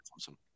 awesome